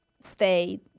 stay